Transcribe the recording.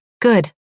good